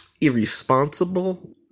irresponsible